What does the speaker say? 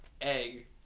egg